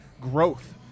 growth